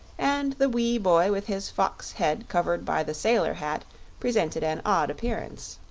and the wee boy with his fox head covered by the sailor hat presented an odd appearance.